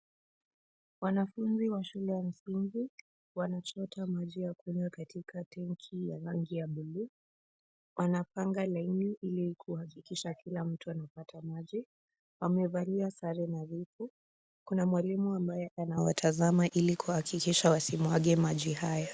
Wanafunzi wa shule ya msingi, wanachota maji ya kunywa katika tenki ya rangi ya bluu. Wanapanga laini ili kuhakikisha kila mtu amepata maji. Wamevalia sare nadhifu. Kuna mwalimu anaye watazama ili kuhakikisha wasimwage maji haya.